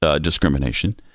discrimination